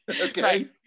Okay